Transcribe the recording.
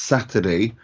Saturday